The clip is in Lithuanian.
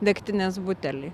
degtinės butelį